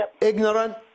ignorant